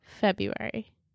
February